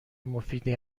مفیدی